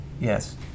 Yes